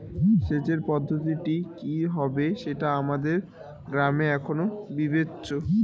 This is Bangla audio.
সেচের পদ্ধতিটি কি হবে সেটা আমাদের গ্রামে এখনো বিবেচ্য